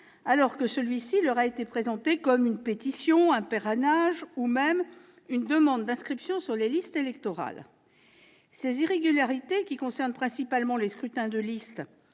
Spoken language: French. alors que celui-ci leur a été présenté comme une pétition, un parrainage ou même une demande d'inscription sur les listes électorales. Ces irrégularités, qui concernent principalement les scrutins de liste